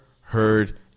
heard